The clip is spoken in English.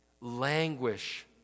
languish